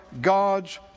God's